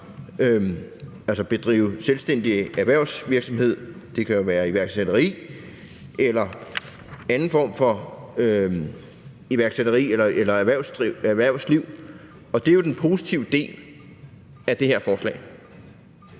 eller bedrive selvstændig erhvervsvirksomhed – det kan jo være iværksætteri eller andet. Og det er jo den positive del af det her forslag.